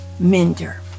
minder